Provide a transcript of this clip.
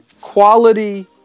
quality